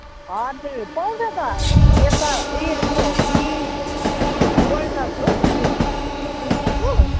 हजुर पाउँछ त यता ऊ यसको कि ब्रयलर हो चिकन मासु